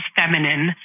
feminine